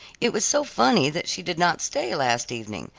it was so funny that she did not stay last evening.